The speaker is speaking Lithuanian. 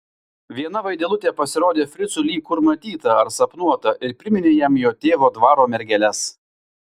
viena vaidilutė pasirodė fricui lyg kur matyta ar sapnuota ir priminė jam jo tėvo dvaro mergeles